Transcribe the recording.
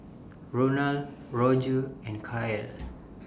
Ronal Roger and Cael